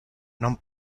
non